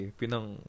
pinang